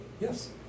Yes